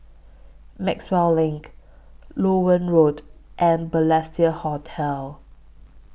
Maxwell LINK Loewen Road and Balestier Hotel